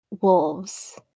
wolves